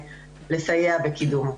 לסייע בקידומו.